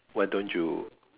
why don't you